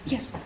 Yes